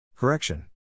Correction